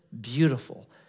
beautiful